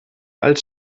als